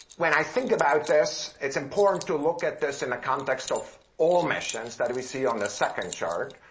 when i think about this, it's important to look at this in a context of all missions that we see on the second chart.